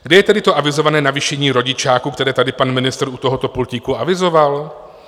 Kde je tedy to avizované navýšení rodičáku, které tady pan ministr u tohoto pultíku avizoval?